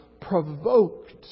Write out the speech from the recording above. provoked